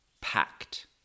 Packed